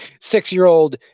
six-year-old